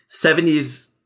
70s